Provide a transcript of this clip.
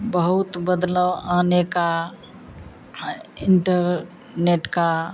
बहुत बदलाव आने का इन्टरनेट का